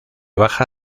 baja